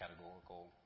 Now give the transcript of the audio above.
categorical